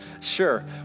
sure